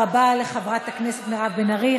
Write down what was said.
תודה רבה לחברת הכנסת מירב בן ארי.